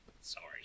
Sorry